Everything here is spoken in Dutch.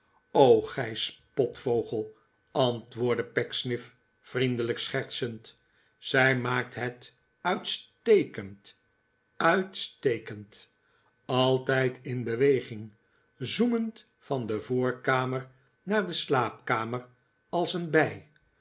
gij spotvogel antwoordde pecksniff vriendelijk schertsend zij maakt het uitstekend uitstekend altijd in beweging zoemend van de voorkamer naar de slaapkamer als een bij